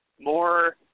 more –